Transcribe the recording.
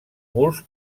murs